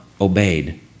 Obeyed